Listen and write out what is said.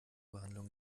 behandlung